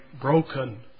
broken